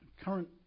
current